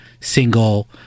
single